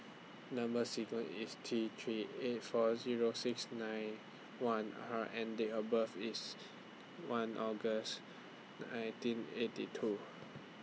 Number sequence IS T three eight four Zero six nine one R and Date of birth IS one August nineteen eighty two